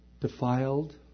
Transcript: defiled